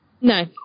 No